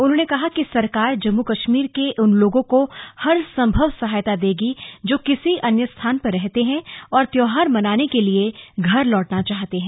उन्होंने कहा कि सरकार जम्मू कश्मीर के उन लोगों को हर संभव सहायता देगी जो किसी अन्य स्थान पर रहते हैं और त्यौहार मनाने के लिए घर लौटना चाहते हैं